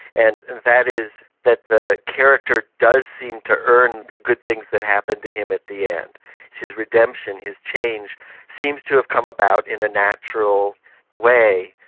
and that is that the character does seem to earn the good things that happen to him at the end. so his redemption, his change seems to have come about in a natural way,